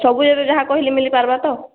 ସବୁ ଯଦି ଯାହା କହିଲି ମିଳି ପାରବା ତ